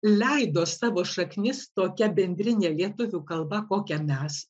leido savo šaknis tokia bendrinė lietuvių kalba kokią mes